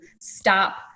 stop